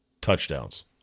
touchdowns